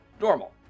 Normal